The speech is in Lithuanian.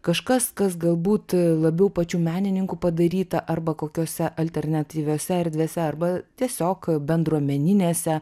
kažkas kas galbūt labiau pačių menininkų padaryta arba kokiose alternatyviose erdvėse arba tiesiog bendruomeninėse